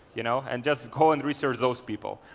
you know and just go and research those people.